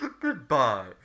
Goodbye